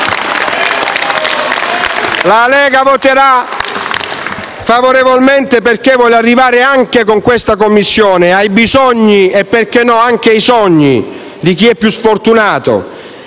La Lega voterà favorevolmente perché vuole arrivare anche con questa Commissione ai bisogni e - perché no? - anche ai sogni di chi è più sfortunato,